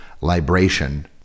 libration